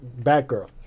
Batgirl